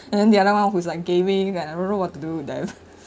and then the other one who's like gaming and I don't know what to do with them